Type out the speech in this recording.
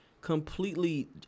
completely